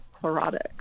chlorotic